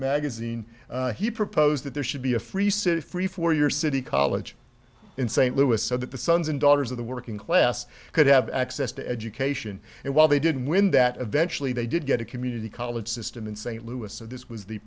magazine he proposed that there should be a free city free for your city college in st louis said the sons and daughters of the working class could have access to education and while they didn't win that eventually they did get a community college system in st louis so this was the